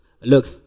Look